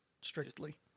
strictly